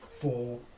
four